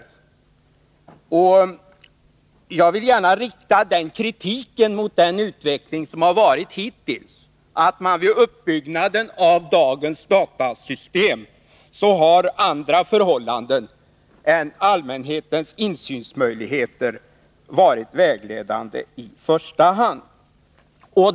Jag vill gärna rikta den kritiken mot den utveckling som hittills förekommit, att man vid uppbyggnaden av dagens datasystem har låtit andra förhållanden än allmänhetens insynsmöjligheter vara vägledande i första hand.